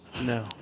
No